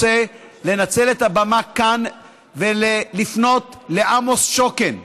אני רוצה לנצל את הבמה כאן ולפנות לעמוס שוקן,